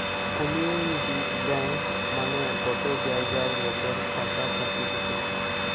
community bank মানে গটে জায়গার লোকরা টাকা খাটতিছে